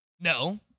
No